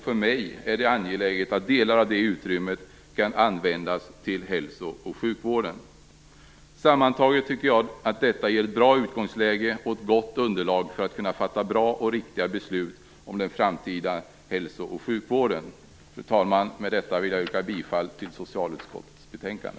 För mig är det angeläget att delar av det här utrymmet kan användas till hälso och sjukvården. Sammantaget tycker jag att detta ger ett bra utgångsläge och ett gott underlag när det gäller möjligheterna att fatta bra och riktiga beslut om den framtida hälso och sjukvården. Fru talman! Med detta yrkar jag bifall till hemställan i socialutskottets betänkande.